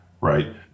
right